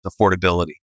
affordability